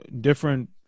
Different